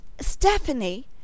Stephanie